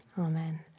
Amen